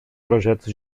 projetos